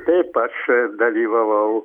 taip aš dalyvavau